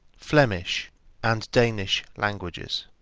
flemish and danish languages.